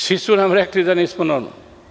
Svi su nam rekli da nismo normalni.